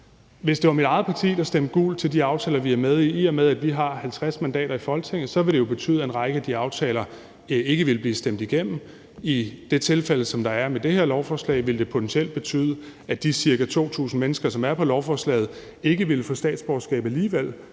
hvis det var mit eget parti, der stemte gult til de aftaler, vi er med i, ville det jo, i og med at vi har 50 mandater i Folketinget, betyde, at en række af de aftaler ikke ville blive stemt igennem. I det tilfælde, som der er med det her lovforslag, ville det potentielt betyde, at de ca. 2.000 mennesker, som er på lovforslaget, ikke ville få statsborgerskab alligevel,